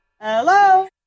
Hello